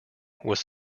was